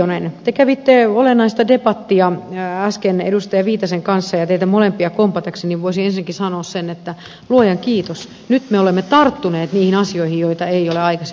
edustaja reijonen te kävitte olennaista debattia äsken edustaja viitasen kanssa ja teitä molempia kompatakseni voisin ensinnäkin sanoa sen että luojan kiitos nyt me olemme tarttuneet niihin asioihin joita ei ole aikaisemmin hoidettu